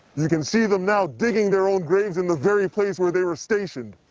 you can see them now digging their own graves in the very place where they were stationed.